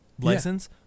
license